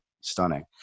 stunning